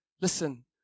listen